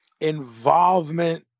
involvement